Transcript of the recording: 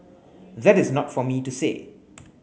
that is not for me to say